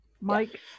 Mike